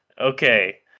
Okay